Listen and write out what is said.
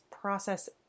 process